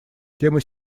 темой